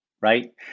right